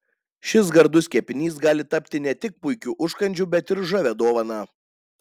šis gardus kepinys gali tapti ne tik puikiu užkandžiu bet ir žavia dovana